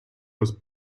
was